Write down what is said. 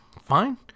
Fine